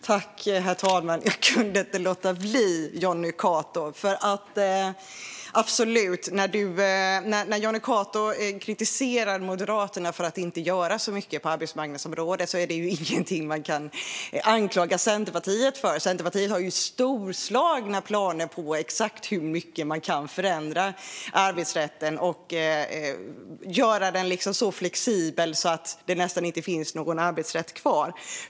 Herr talman! Jag kunde inte låta bli, Jonny Cato! Jonny Cato kritiserar Moderaterna för att inte göra så mycket på arbetsmarknadsområdet, men detta är inget man kan anklaga Centerpartiet för. Centerpartiet har storslagna planer för exakt hur mycket man kan förändra arbetsrätten och göra den så flexibel att det nästan inte finns någon arbetsrätt kvar.